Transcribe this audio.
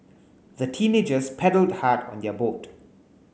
the teenagers paddled hard on their boat